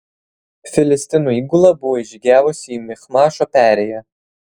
filistinų įgula buvo įžygiavusi į michmašo perėją